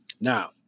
Now